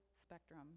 spectrum